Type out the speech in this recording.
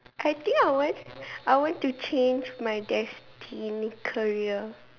I think I want I want to change my destined career